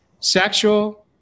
Sexual